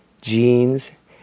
jeans